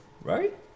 Right